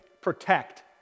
protect